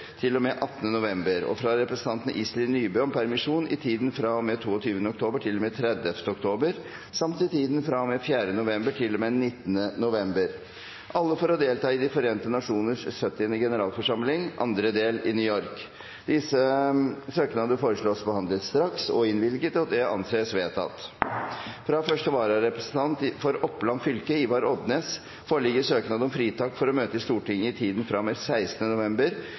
med 18. november, og fra representanten Iselin Nybø om permisjon i tiden fra og med 22. oktober til og med 30. oktober samt i tiden fra og med 4. november til og med 19. november – alle for å delta i De forente nasjoners 70. generalforsamling, andre del, i New York Disse søknader foreslås behandlet straks og innvilget. – Det anses vedtatt. Fra første vararepresentant for Oppland fylke, Ivar Odnes, foreligger søknad om fritak for å møte i Stortinget i tiden fra og med 16. november